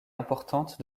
importante